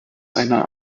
einer